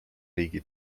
riigi